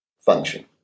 function